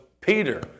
Peter